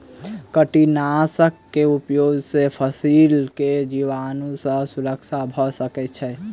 कीटनाशक के उपयोग से फसील के जीवाणु सॅ सुरक्षा भअ सकै छै